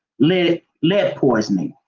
lead lead poisoning,